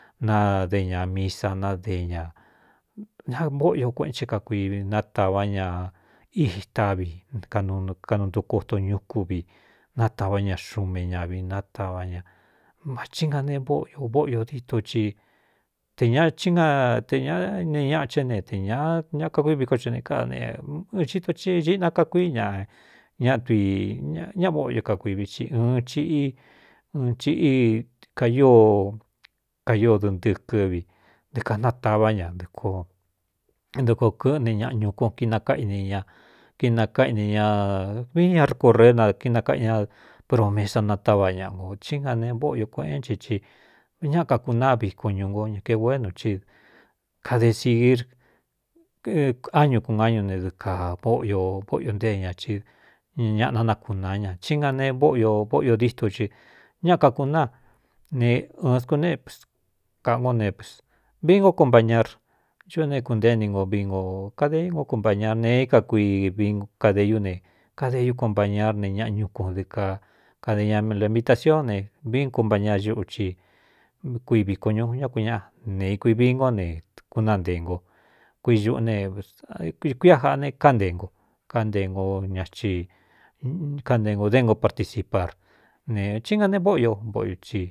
Nade ñā miī sa nade ñā avóꞌoio kueꞌen ché kakuivi natāvá ña itávikaꞌnu ntukoto ñukú vi nátavá ña xuume ñavi natavá ña vatí na ne vóꞌio vóꞌio díto i te ñaí na te ñaꞌ ne ñaꞌa ché ne te ñāꞌa ñakakui viko chɨꞌne káꞌa ne ɨɨ hi to i iꞌna kakuií ñaꞌ ñatui ñaꞌ vóꞌo io ka kuivi i ɨn chiꞌí ɨn chiꞌí kaio kai dɨɨntɨɨkɨ́vi dɨ ka natavá ña dɨk dɨ koo kɨꞌne ñaꞌa ñukun kinakáꞌine ña kinakáꞌine ñā vii ñarcoreé na kinakaꞌi ña promesan natává ñaꞌa nkō tí na ne vóꞌo io kueꞌén chi i ñaꞌa kakunáa vikun ñu nko ña kegū énu ci kade sīír áñu kun áñu ne dɨ kaóꞌ vóꞌ yo ntée ña i ñaꞌananakūnaa ña tí na ne óꞌio vóꞌ io dîto ci ñáꞌa kakūnáa ne ɨɨn scuneps kaꞌan ngó neps vii ngó kompañar ñuꞌu né kuntée ini ngo vii nko kadeí ngo kompañar nee é ka kuivi kadeyú ne kadeyú kompañar ne ñaꞌ ñúkun dɨ akade ñalemitaciun ne vin kompañar ñuꞌci kui viko ñu ñá ku ñáꞌa nēi kuivi ngó ne kuná nte ngo kuiꞌunekkuia jaꞌa ne kánte ngo nkante ngo déngo participar ne tí nga ne vóꞌo io boꞌiō ci.